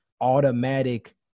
automatic